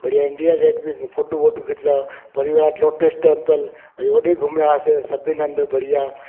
पूरे India Gate में photo वोटू खिचिया वरी विया लोटस टेंपल वरी ओॾे घुमियासीं सभिनि हंधि बढ़िया